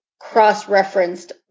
cross-referenced